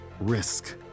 Risk